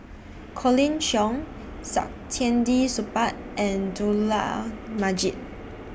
Colin Cheong Saktiandi Supaat and Dollah Majid